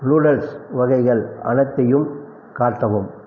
noodles வகைகள் அனைத்தையும் காட்டவும்